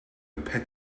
pet